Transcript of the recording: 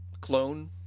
clone